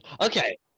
Okay